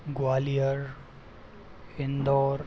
Gwalior Indore